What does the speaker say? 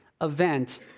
event